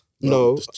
No